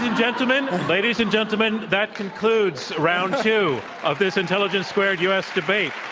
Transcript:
gentlemen, ladies and gentlemen, that concludes round two of this intelligence squared u. s. debate.